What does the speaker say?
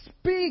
Speak